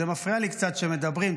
זה מפריע לי קצת שמדברים,